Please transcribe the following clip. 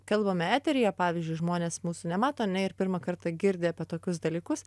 kalbame eteryje pavyzdžiui žmonės mūsų nemato ane ir pirmą kartą girdi apie tokius dalykus